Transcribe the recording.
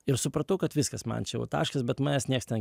ir supratau kad viskas man čia jau taškas bet manęs nieks ten